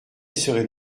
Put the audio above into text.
serait